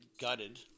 gutted